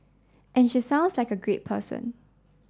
and she sounds like a great person